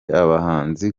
abahanzi